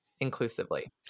Inclusively